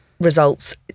results